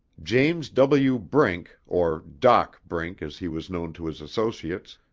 james w. brink, or dock brink as he was known to his associates,